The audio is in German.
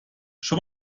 schon